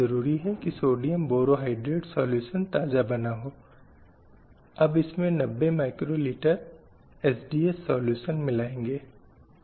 इसलिए समाज में विद्यमान सभी बुराइयाँ अब बहुत ही प्रमुख हो गईं क्योंकि आक्रमणकारियों से महिलाओं की रक्षा के संबंध में एक बड़ा सवाल था